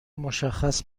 مشخص